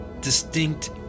distinct